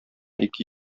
ике